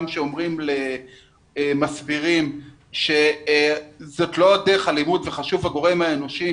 גם כשמסבירים שזאת לא דרך הלימוד וחשוב הגורם האנושי,